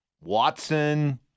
Watson